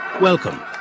Welcome